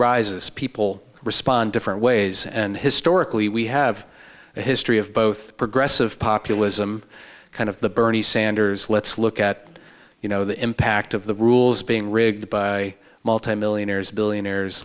rises people respond different ways and historically we have a history of both progressive populism kind of the bernie sanders let's look at you know the impact of the rules being rigged by multimillionaires billionaires